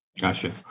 Gotcha